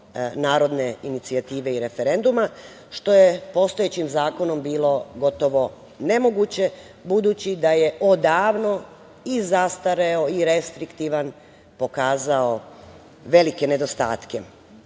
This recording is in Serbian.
narodne inicijative i referenduma, što je postojećim zakonom bilo gotovo nemoguće, budući da je odavno i zastareo i restriktivan, pokazao velike nedostatke. Neposredna